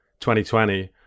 2020